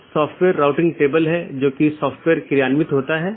तीसरा वैकल्पिक सकर्मक है जो कि हर BGP कार्यान्वयन के लिए आवश्यक नहीं है